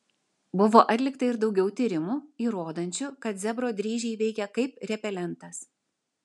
buvo atlikta ir daugiau tyrimų įrodančių kad zebro dryžiai veikia kaip repelentas